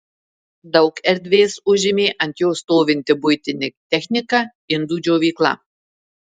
daug erdvės užėmė ant jo stovinti buitinė technika indų džiovykla